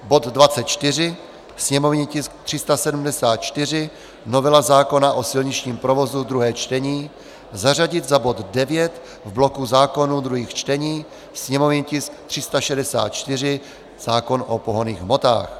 Bod 24, sněmovní tisk 374 novela zákona o silničním provozu, druhé čtení, zařadit za bod 9 v bloku zákonů druhých čtení, sněmovní tisk 364 zákon o pohonných hmotách.